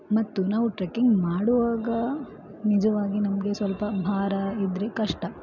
ಮತ್ತು ನಾವು ಟ್ರೆಕಿಂಗ್ ಮಾಡುವಾಗ ನಿಜವಾಗಿ ನಮಗೆ ಸ್ವಲ್ಪ ಭಾರ ಇದ್ದರೆ ಕಷ್ಟ